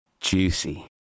juicy